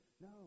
No